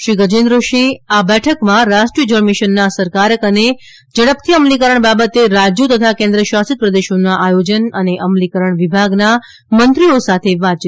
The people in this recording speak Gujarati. શ્રી ગજેન્દ્રસિંહ આ બેઠકમાં રાષ્ટ્રીય જળમીશનના અસરકારક અને ઝડપથી અમલીકરણ બાબતે રાજ્યો તથા કેન્દ્ર શાસિત પ્રદેશોના આયોજન અને અમલીકરણ વિભાગના મંત્રીઓ સાથે વાતચીત કરશે